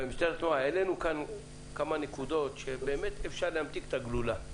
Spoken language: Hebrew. העלינו כאן כמה נקודות שבאמת אפשר להמתיק את הגלולה.